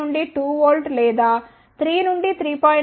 5 నుండి 2 V లేదా 3 నుండి 3